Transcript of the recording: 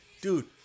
dude